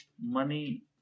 money